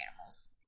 animals